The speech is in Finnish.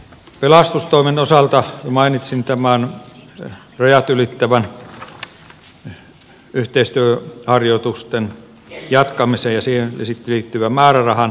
pelastustoimen osalta mainitsin tämän rajat ylittävän yhteistyöharjoitusten jatkamisen ja siihen liittyvän määrärahan